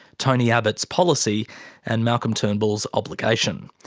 tony abbott's policy and malcolm turnbull's obligation.